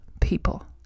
people